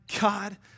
God